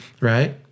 Right